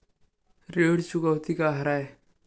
ऋण चुकौती का हरय?